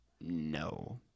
No